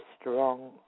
strong